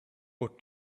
but